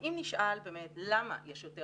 אם נשאל באמת למה יש יותר